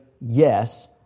yes